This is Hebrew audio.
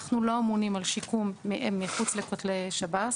אנחנו לא אמונים על שיקום מחוץ לכותלי שב"ס,